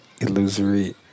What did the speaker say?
illusory